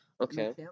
Okay